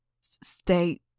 stay